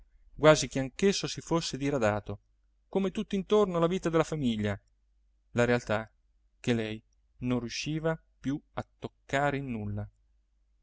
quasi che anch'esso si fosse diradato come tutt'intorno la vita della famiglia la realtà che lei non riusciva più a toccare in nulla